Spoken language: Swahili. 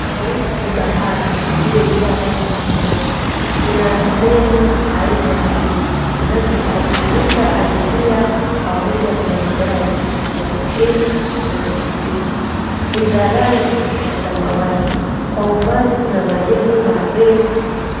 Hino ni bahari iliyojaa maji pomoni. Kuna meli aina mbili zinazosafirisha abiria pamoja na magari, baiskeli na pikipiki. Ni za rangi ya samawati. Kwa umbali kuna majengo marefu.